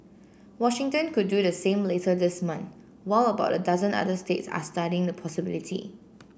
Washington could do the same later this month while about a dozen other states are studying the possibility